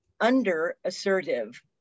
under-assertive